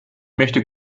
möchte